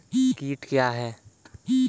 कीट क्या है?